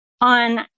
on